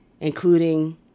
including